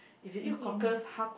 don't eat ah